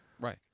Right